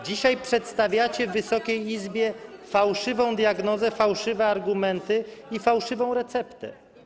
Dzisiaj przedstawiacie Wysokiej Izbie fałszywą diagnozę, fałszywe argumenty i fałszywą receptę.